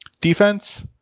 defense